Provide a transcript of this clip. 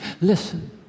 Listen